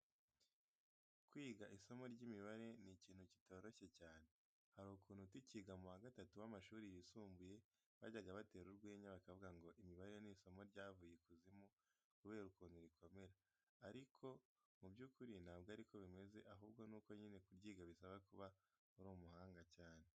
Kwiga isomo ry'imibare ni ikintu kitoroshye cyane. Hari ukuntu tukiga mu wa gatatu w'amashuri yisumbuye bajyaga batera urwenya bakavuga ngo imibare ni isomo ryavuye ikuzimu kubera ukuntu rikomera, ariko mu by'ukuri ntabwo ari ko bimeze ahubwo nuko nyine kuryiga bisaba kuba uri umuhanga cyane.